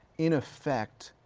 in effect,